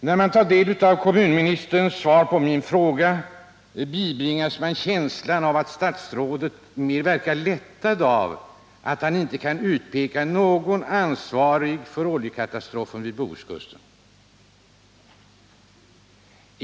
När man tar del av kommunministerns svar på min fråga bibringas man känslan av att statsrådet verkar lättad av att han inte kan utpeka någon ansvarig för oljekatastrofen vid Bohuskusten.